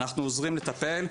אנחנו עוזרים לטפל,